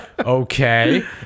okay